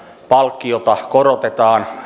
palkkiota korotetaan